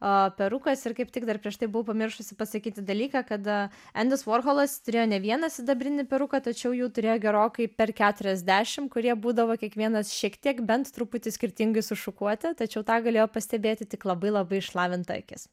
perukas ir kaip tik dar prieš tai buvau pamiršusi pasakyti dalyką kada endis vorholas turėjo ne vieną sidabrinį peruką tačiau jų turėjo gerokai per keturiasdešimt kurie būdavo kiekvienas šiek tiek bent truputį skirtingai sušukuoti tačiau tą galėjo pastebėti tik labai labai išlavinta akis